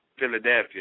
Philadelphia